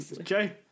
Okay